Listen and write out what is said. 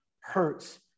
hurts